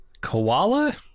koala